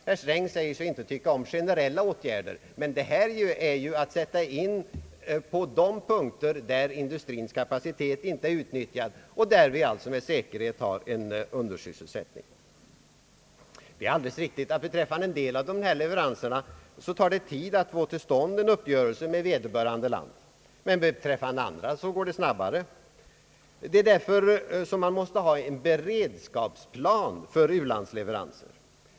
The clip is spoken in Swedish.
Herr Sträng säger sig inte tycka om generella åtgärder, men denna åtgärd skall ju sättas in på de punkter där industrins kapacitet inte är utnyttjad och där det med säkerhet råder en undersysselsättning. Det är alldeles riktigt att det beträffande en del av dessa leveranser tar tid att få till stånd en uppgörelse med vederbörande land. Beträffande en del andra leveranser går det snabbare. Det är därför som man måste ha en beredskapsplan för ulandsleveranser.